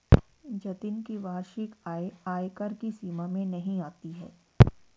जतिन की वार्षिक आय आयकर की सीमा में नही आती है